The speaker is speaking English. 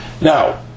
now